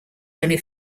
only